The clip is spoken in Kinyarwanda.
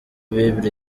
bible